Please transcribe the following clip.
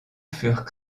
furent